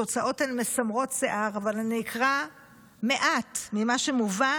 התוצאות הן מסמרות שיער אבל אני אקרא מעט ממה שמובא